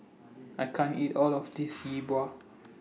I can't eat All of This Yi Bua